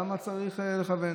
למה צריך לכוון?